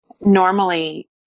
normally